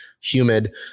Humid